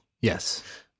Yes